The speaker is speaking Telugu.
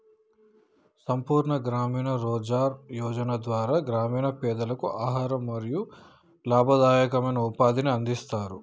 సంపూర్ణ గ్రామీణ రోజ్గార్ యోజన ద్వారా గ్రామీణ పేదలకు ఆహారం మరియు లాభదాయకమైన ఉపాధిని అందిస్తరు